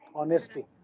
honesty